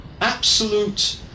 absolute